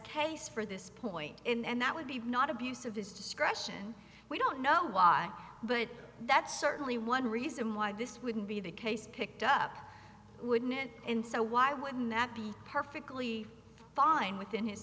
case for this point and that would be not abuse of his discretion we don't know why but that's certainly one reason why this wouldn't be the case picked up wouldn't and so why wouldn't that be perfectly fine within his